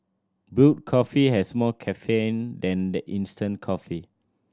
brewed coffee has more caffeine than the instant coffee